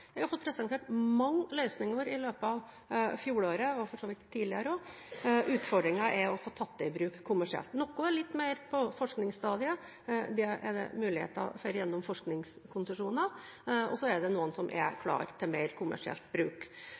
har fått presentert mange løsninger i løpet av fjoråret, og for så vidt også tidligere. Utfordringen er å få tatt dem i bruk kommersielt. Noen er litt mer på forskningsstadiet – der er det muligheter gjennom forskningskonsesjoner – og så er det noen som er klare til mer kommersiell bruk.